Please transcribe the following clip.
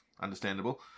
understandable